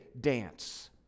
dance